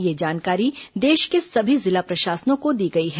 ये जानकारी देश के सभी जिला प्रशासनों को दी गई है